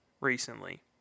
recently